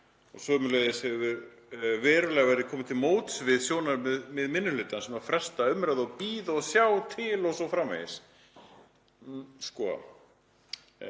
og sömuleiðis hefur verulega verið komið til móts við sjónarmið minni hlutans um að fresta umræðu og bíða og sjá til o.s.frv.“ — Nei.